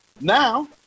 Now